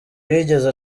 yigeze